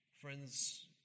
Friends